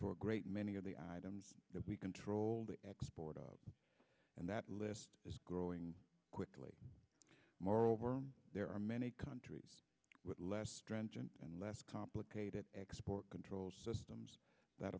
for a great many of the items that we control the export of and that list is growing quickly moreover there are many countries with less stringent and less complicated export controls systems that